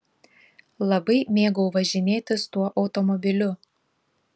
labai mėgau važinėtis tuo automobiliu